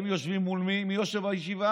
הם יושבים מול מי, מי יושב בישיבה?